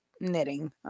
knitting